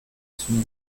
zuen